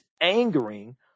angering